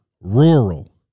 rural